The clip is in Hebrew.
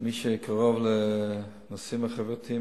כמי שקרוב לנושאים החברתיים,